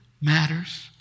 matters